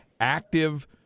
active